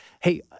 Hey